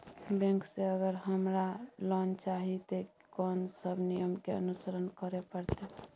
Bank से अगर हमरा लोन चाही ते कोन सब नियम के अनुसरण करे परतै?